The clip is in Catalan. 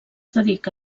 dedica